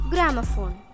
Gramophone